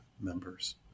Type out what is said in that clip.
members